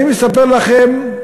אני מספר לכם,